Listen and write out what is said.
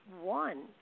one